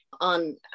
on